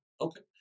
Okay